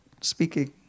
speaking